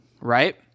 right